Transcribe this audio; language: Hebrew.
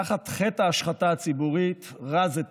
תחת חטא ההשחתה הציבורית רע זה טוב,